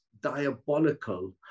diabolical